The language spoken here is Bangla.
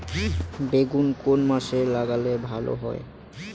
বেগুন কোন মাসে লাগালে ভালো হয়?